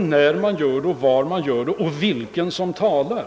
när och var man gör det — och vem det är som talar.